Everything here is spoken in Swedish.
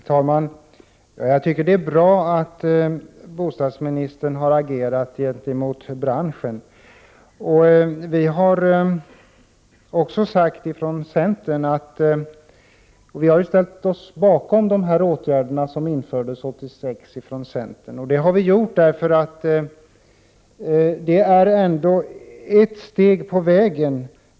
Herr talman! Jag tycker det är bra att bostadsministern har agerat gentemot branschen. Från centern har vi ställt oss bakom de åtgärder som infördes 1986, och det har vi gjort därför att det ändå är ett steg på vägen.